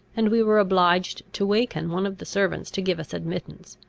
and we were obliged to waken one of the servants to give us admittance.